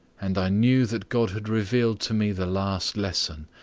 and i knew that god had revealed to me the last lesson,